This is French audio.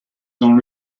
dans